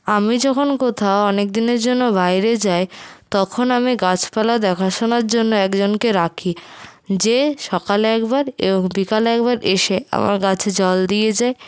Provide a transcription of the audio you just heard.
আমি যখন কোথাও অনেক দিনের জন্য বাইরে যাই তখন আমি গাছ পালা দেখাশোনার জন্য একজনকে রাখি যে সকালে একবার এবং বিকালে একবার এসে আমার গাছে জল দিয়ে যায়